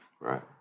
Right